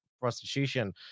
prostitution